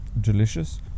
delicious